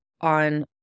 on